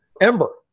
ember